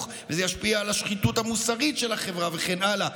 וזה ישפיע על השחיתות המוסרית של החברה וכן הלאה,